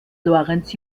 lorenz